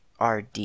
rd